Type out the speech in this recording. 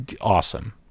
awesome